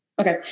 Okay